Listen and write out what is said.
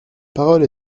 parole